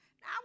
Now